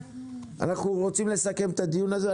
אנחנו רוצים לסכם את הדיון הזה.